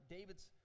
David's